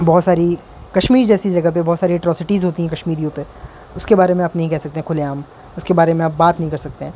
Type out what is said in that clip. بہت ساری کشمیر جیسی جگہ پہ بہت ساری اٹراسٹیز ہوتی ہیں کشمیریوں پہ اس کے بارے میں آپ نہیں کہہ سکتے ہیں کھلے عام اس کے بارے میں آپ بات نہیں کر سکتے ہیں